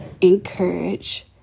encourage